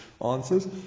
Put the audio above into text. answers